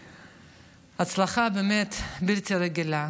הצלחה באמת בלתי רגילה.